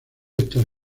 estar